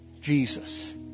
Jesus